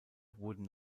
wurden